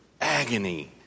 agony